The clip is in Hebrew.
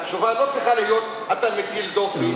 והתשובה לא צריכה להיות: אתה מטיל דופי,